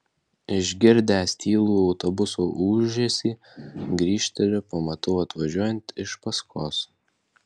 išgirdęs tylų autobuso ūžesį grįžteliu pamatau atvažiuojant iš paskos